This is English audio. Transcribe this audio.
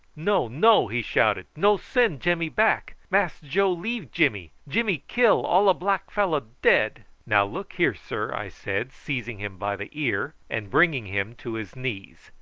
no, no, he shouted, no send jimmy back. mass joe leave jimmy jimmy kill all a black fellow dead. now look here, sir, i said, seizing him by the ear and bringing him to his knees,